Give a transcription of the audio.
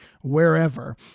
wherever